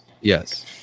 yes